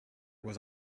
was